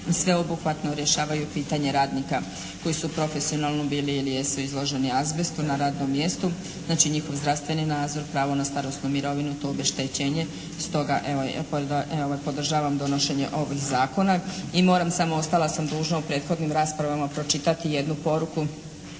sveobuhvatno rješavaju pitanje radnika koji su profesionalno bili ili jesu izloženi azbestu na radnom mjestu. Znači, njihov zdravstveni nadzor, pravo na starosnu mirovinu, te obeštećenje. Stoga, evo ja podržavam donošenje ovih zakona i moram samo ostala sam dužna u prethodnim raspravama pročitati jednu poruku